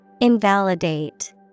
Invalidate